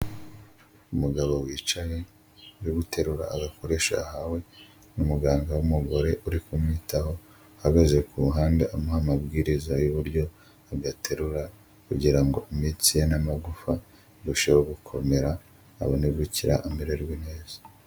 Umugabo wicaye uri guterura agakoresha yahawe n'umuganga w'umugore uri kumwitaho, ahagaze ku ruhande amuha amabwiriza y'uburyo adaterura kugira ngo imitsi ye n'amagufa birusheho gukomera abone gukira amererwe neza.